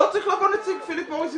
לא צריך לבוא נציג פיליפ מוריס,